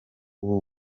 ubu